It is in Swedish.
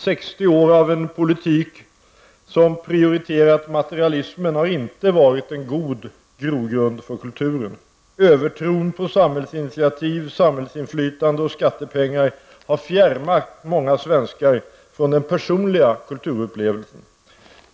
60 år av en politik som prioriterat materialism har inte varit en god grogrund för kulturen. Övertron på samhällsinitiativ, samhällsinflytande och skattepengar har fjärmat många svenskar från den personliga kulturupplevelsen.